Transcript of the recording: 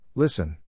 Listen